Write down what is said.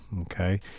okay